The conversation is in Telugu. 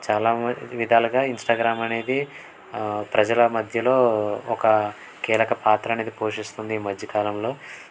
చాలా విధాలుగా ఇన్స్టాగ్రామ్ అనేది ప్రజల మధ్యలో ఒక కీలక పాత్ర అనేది పోషిస్తుంది ఈ మధ్యకాలంలో